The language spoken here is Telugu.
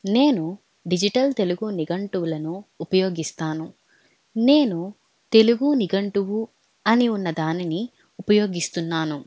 నేను డిజిటల్ తెలుగు నిఘంటువులను ఉపయోగిస్తాను నేను తెలుగు నిఘంటువు అని ఉన్న దానిని ఉపయోగిస్తున్నాను